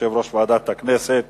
הכנסת